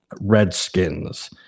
Redskins